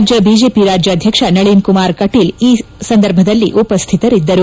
ರಾಜ್ಯ ಬಿಜೆಪಿ ರಾಜ್ಯಾಧ್ಯಕ್ಷ ನಳೀನ್ಕುಮಾರ್ ಕಟೀಲ್ ಉಪ್ಟಿತರಿದ್ದರು